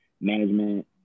management